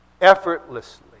effortlessly